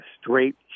straight